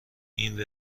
این